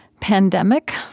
pandemic